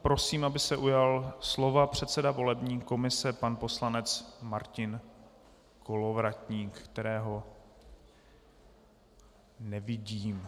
Prosím, aby se slova ujal předseda volební komise pan poslanec Martin Kolovratník, kterého nevidím.